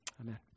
amen